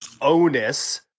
onus